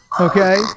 Okay